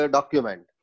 Document